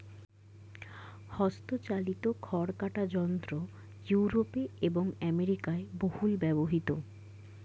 হস্তচালিত খড় কাটা যন্ত্র ইউরোপে এবং আমেরিকায় বহুল ব্যবহৃত